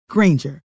Granger